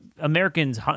Americans